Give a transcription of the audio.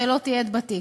ולא תיעד בתיק.